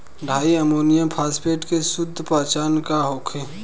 Di ammonium phosphate के शुद्ध पहचान का होखे?